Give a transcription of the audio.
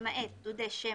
למעט דודי שמש,